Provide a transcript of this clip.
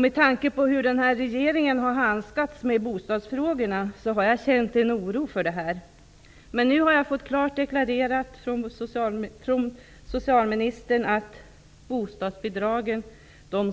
Med tanke på hur den här regeringen har handskats med bostadsfrågorna har jag känt en oro för att det skulle bli så. Men nu har jag av socialministern klart fått deklarerat att bostadsbidragen